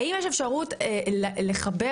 האם יש אפשרות לחבר,